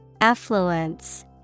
Affluence